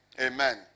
Amen